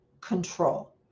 control